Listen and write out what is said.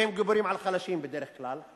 והם גיבורים על חלשים בדרך כלל,